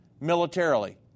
militarily